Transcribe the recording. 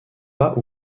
pas